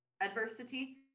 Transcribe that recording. adversity